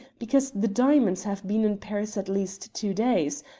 because the diamonds have been in paris at least two days,